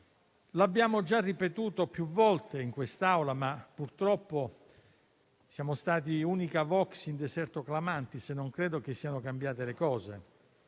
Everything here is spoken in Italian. Lo abbiamo già ripetuto più volte in quest'Aula, ma purtroppo siamo stati unica *vox in deserto clamantis* e non credo che le cose